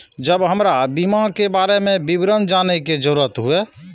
जब हमरा बीमा के बारे में विवरण जाने के जरूरत हुए?